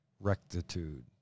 rectitude